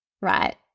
right